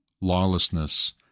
lawlessness